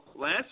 last